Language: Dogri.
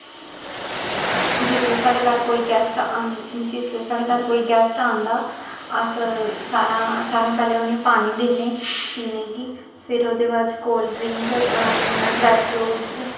जिसलै साढ़े घर कोई गेस्ट आं जिसलै साढ़े घर कोई गेस्ट आंदा अस सारांं सारां हा पैह्लें उ'नेंगी पानी दिन्ने पीने गी फिर ओहदे बाद कोल्ड ड्रिंक ड्राई फ्रूट्स